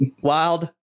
Wild